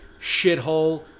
shithole